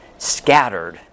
scattered